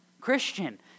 Christian